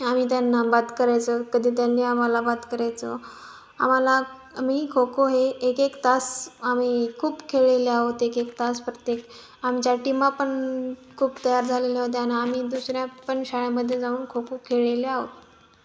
आम्ही त्यांना बाद करायचो कधी त्यांनी आम्हाला बाद करायचो आम्हाला मी खो खो हे एक एक तास आम्ही खूप खेळलेले आहोत एक एक तास प्रत्येक आमच्या टीमा पण खूप तयार झालेले होत्या आणि आम्ही दुसऱ्या पण शाळेमध्येे जाऊन खो खो खेळलेले आहोत